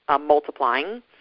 multiplying